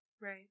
Right